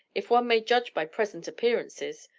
if one may judge by present appearances.